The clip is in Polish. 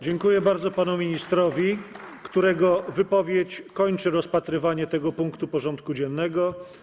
Dziękuję bardzo panu ministrowi, którego wypowiedź kończy rozpatrywanie tego punktu porządku dziennego.